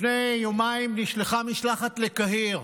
לפני יומיים נשלחה משלחת לקהיר.